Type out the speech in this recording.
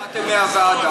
מה שמעתם מהוועדה?